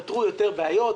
פתרו יותר בעיות,